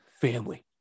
Family